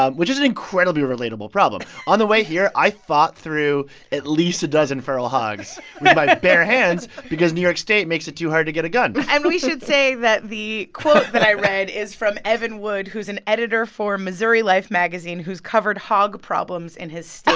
ah which is an incredibly relatable problem. on the way here, i fought through at least a dozen feral hogs. with my but bare hands because new york state makes it too hard to get a gun and we should say that the quote that i read. is from evan wood, who's an editor for missouri life magazine, who's covered hog problems in his state.